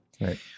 Right